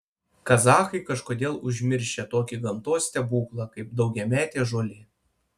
kazachai kažkodėl užmiršę tokį gamtos stebuklą kaip daugiametė žolė